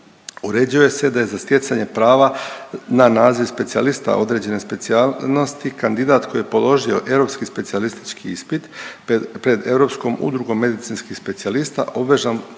Uređuje se da je za stjecanje prava na naziv specijalista određene specijalnosti kandidat koji je položio europski specijalistički ispit pred Europskom udrugom medicinskih specijalista obvezan